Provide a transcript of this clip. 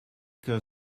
care